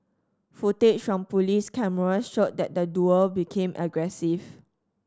footage from police cameras showed that the duo became aggressive